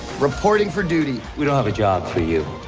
reporting for duty. we don't have a job for you.